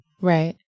Right